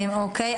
אוקיי,